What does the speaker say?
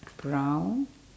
brown